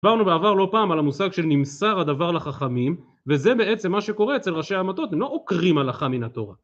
עברנו בעבר לא פעם על המושג של נמסר הדבר לחכמים. וזה בעצם מה שקורה אצל ראשי העמתות, הם לא עוקרים הלכה מן התורה